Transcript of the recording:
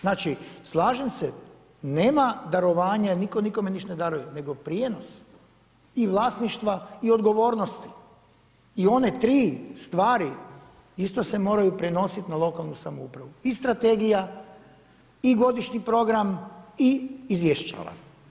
Znači slažem se nema darovanja, nitko nikome ništa ne daruje, nego prijenos i vlasništva i odgovornosti i one tri stvari isto se moraju prenositi na lokalnu samoupravu i strategija i godišnji program i izvješće.